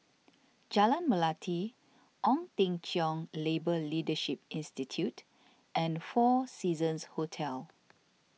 Jalan Melati Ong Teng Cheong Labour Leadership Institute and four Seasons Hotel